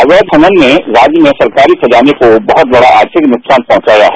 अवैध खनन ने राज्य मे सरकारी खजाने को बड़ा आर्थिक नुकसान पहंचाया है